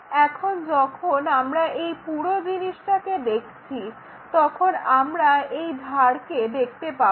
এখন যখন আমরা এই পুরো জিনিসটাকে দেখছি তখন আমরা এই ধারকে দেখতে পাবো